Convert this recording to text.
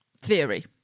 theory